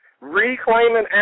Reclaiming